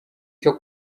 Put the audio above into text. cyo